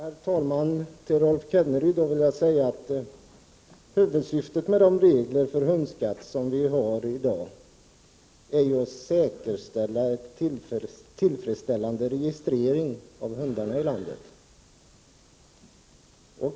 Herr talman! Till Rolf Kenneryd vill jag säga att huvudsyftet med de regler för hundskatt som vi i dag har är att säkerställa en tillfredsställande registrering av hundarna i landet.